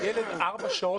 ילד עם מסכה במשך ארבע שעות,